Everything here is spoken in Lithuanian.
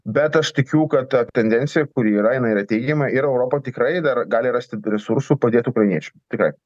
bet aš tikiu kad ta tendencija kuri yra jinai yra teigiama ir europa tikrai dar gali rasti resursų padėt ukrainiečiam tikrai